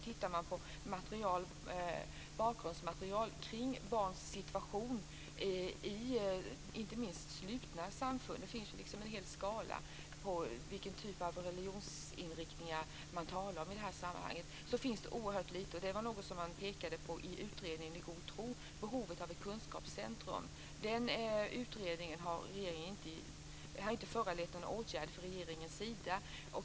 Ser man på bakgrundsmaterial kring barns situation i de mest slutna samfunden - man talar här om en hel skala av religionsinriktningar - finner man att det är oerhört litet. Man pekade i utredningen I god tro på behovet av ett kunskapscentrum. Denna utredning har inte föranlett några åtgärder från regeringens sida.